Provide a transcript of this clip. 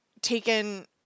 taken